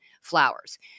flowers